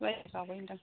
ओमफ्राय जाबायदां